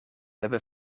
hebben